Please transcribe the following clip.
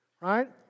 right